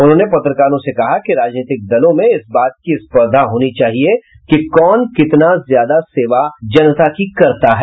उन्होंने पत्रकारों से कहा कि राजनीतिक दलों में इस बात की स्पर्धा होनी चाहिए कि कौन कितना ज्यादा सेवा जनता की करता है